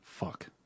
fuck